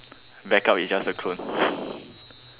backup is just the clone